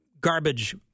garbage